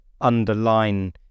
underline